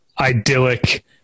idyllic